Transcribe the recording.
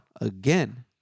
again